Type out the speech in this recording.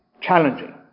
challenging